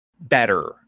better